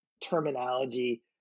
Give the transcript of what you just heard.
terminology